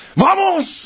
vamos